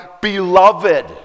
beloved